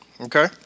Okay